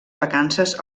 vacances